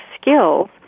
skills